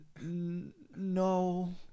No